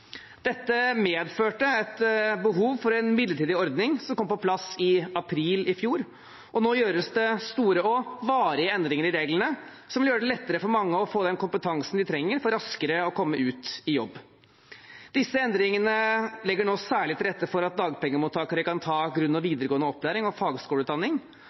Dette medførte et behov for en midlertidig ordning som kom på plass i april i fjor, og nå gjøres det store og varige endringer i reglene, noe som vil gjøre det lettere for mange å få den kompetansen de trenger for raskere å komme ut i jobb. Disse endringene legger nå særlig til rette for at dagpengemottakere kan ta grunn- og videregående opplæring og fagskoleutdanning.